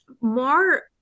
more